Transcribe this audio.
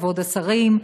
כבוד השרים,